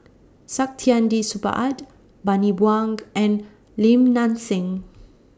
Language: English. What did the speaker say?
Saktiandi Supaat Bani Buang and Lim Nang Seng